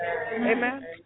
Amen